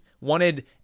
wanted